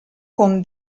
con